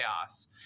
chaos